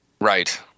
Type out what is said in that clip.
Right